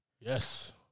Yes